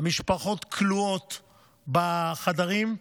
והמשפחות כלואות בחדרים,